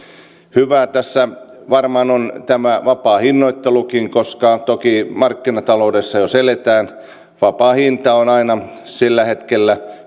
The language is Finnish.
hyvää tässä varmaan on tämä vapaa hinnoittelukin koska toki markkinataloudessa jos eletään vapaa hinta on aina se mikä sillä hetkellä